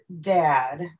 dad